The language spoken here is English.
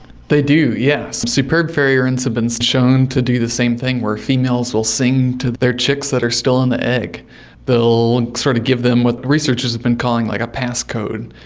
they do, yes. superb fairy wrens have been so shown to do the same thing where females will sing to their chicks that are still in the egg, that will sort of give them what researchers have been calling like a pass code,